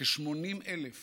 כ-80,000